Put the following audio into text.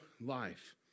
life